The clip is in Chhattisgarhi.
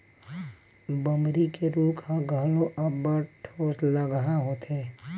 बमरी के रूख ह घलो अब्बड़ ठोसलगहा होथे